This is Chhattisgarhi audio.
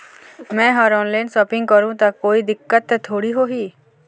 मैं हर ऑनलाइन शॉपिंग करू ता कोई दिक्कत त थोड़ी होही?